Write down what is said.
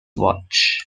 watch